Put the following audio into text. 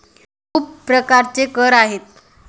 खूप प्रकारचे कर आहेत